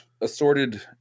assorted